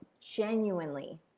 genuinely